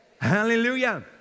Hallelujah